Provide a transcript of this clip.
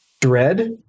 dread